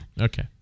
okay